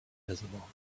visible